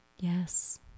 yes